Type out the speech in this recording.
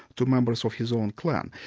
to members of his own clan.